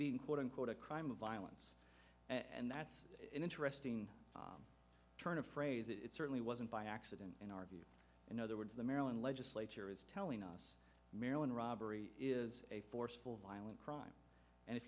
being quote unquote a crime of violence and that's an interesting turn of phrase it certainly wasn't by accident in our view in other words the maryland legislature is telling us marilyn robbery is a forceful violent crime and if